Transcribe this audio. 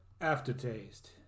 aftertaste